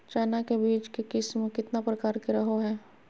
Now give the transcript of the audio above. चना के बीज के किस्म कितना प्रकार के रहो हय?